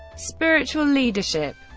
spiritual leadership